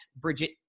Bridget